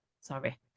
Sorry